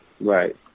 Right